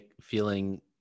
feeling